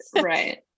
right